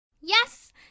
Yes